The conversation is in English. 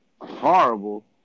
horrible